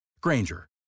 Granger